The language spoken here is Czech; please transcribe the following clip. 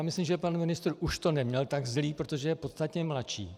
Myslím, že pan ministr už to neměl tak zlé, protože je podstatně mladší.